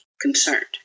concerned